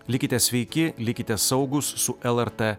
likite sveiki likite saugūs su lrt